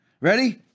Ready